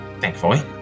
thankfully